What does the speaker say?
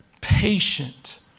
patient